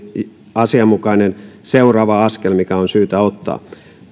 asianmukainen seuraava askel mikä on syytä ottaa